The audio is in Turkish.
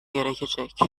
gerekecek